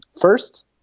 First